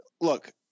look